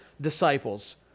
disciples